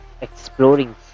exploring